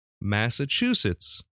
Massachusetts